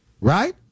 right